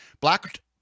Black